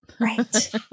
Right